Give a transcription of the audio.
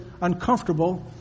uncomfortable